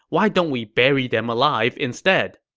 why don't we bury them alive instead?